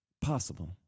possible